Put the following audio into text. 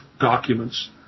documents